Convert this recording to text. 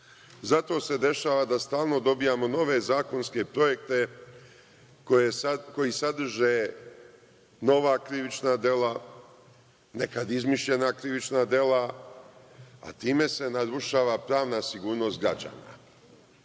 se dešava da stalno dobijamo nove zakonske projekte koji sadrže nova krivična dela, nekad izmišljena krivična dela, a time se narušava pravna sigurnost građana.